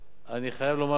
אני חייב לומר,